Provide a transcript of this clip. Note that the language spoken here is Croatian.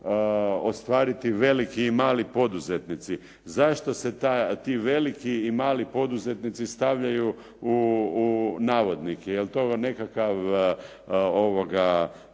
ostvariti veliki i mali poduzetnici. Zašto se ti veliki i mali poduzetnici stavljaju u navodnike? Jel' to nekakav kontekst